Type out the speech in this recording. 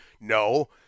no